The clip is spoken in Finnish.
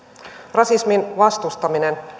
rasismin vastustaminen